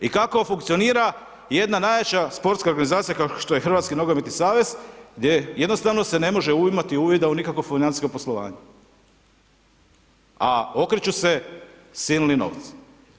I kako funkcionira jedna najjača sportska organizacija kao što je Hrvatski nogometni savez, gdje jednostavno se ne može imati uvida u nikakvo financijsko poslovanje, a okreću se silni novci.